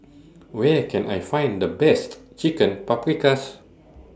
Where Can I Find The Best Chicken Paprikas